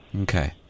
Okay